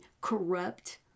corrupt